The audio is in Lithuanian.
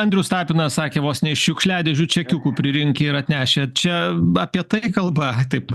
andrius tapinas sakė vos ne šiukšliadėžių čekiukų pririnkę ir atnešę čia apie tai kalba taip